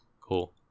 Cool